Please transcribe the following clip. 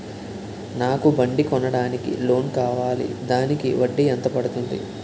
నాకు బండి కొనడానికి లోన్ కావాలిదానికి వడ్డీ ఎంత పడుతుంది?